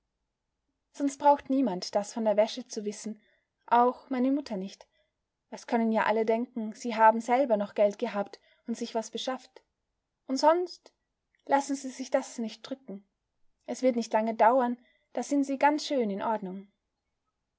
sonst braucht niemand das von der wäsche zu wissen auch meine mutter nicht es können ja alle denken sie haben selber noch geld gehabt und sich was beschafft und sonst lassen sie sich das nicht drücken es wird nicht lange dauern da sind sie ganz schön in ordnung